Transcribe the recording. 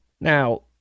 Now